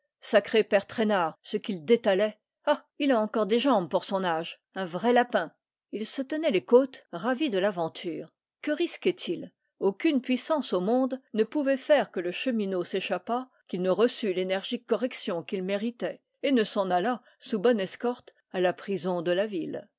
sacré père traînard ce qu'il détalait ah il a encore des jambes pour son âge un vrai lapin il se tenait les côtes ravi de l'aventure que risquait il aucune puissance au monde ne pouvait faire que le chemineau s'échappât qu'il ne reçût l'énergique correction qu'il méritait et ne s'en allât sous bonne escorte à la prison de la ville